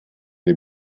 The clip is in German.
dem